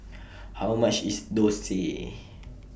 How much IS Dosa